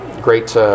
great